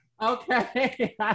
Okay